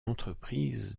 entreprise